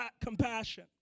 compassion